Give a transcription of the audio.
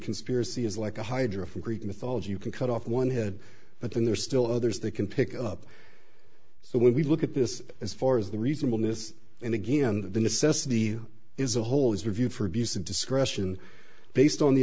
conspiracy is like a hydra from greek mythology you can cut off one head but then there's still others they can pick up so when we look at this as far as the reasonableness and again the necessity is a whole is reviewed for abuse of discretion based on the